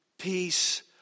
Peace